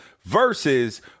versus